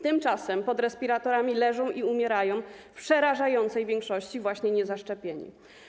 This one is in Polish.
Tymczasem pod respiratorami leżą i umierają w przerażającej większości właśnie niezaszczepieni.